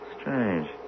Strange